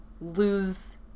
lose